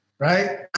Right